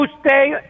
stay